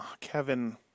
Kevin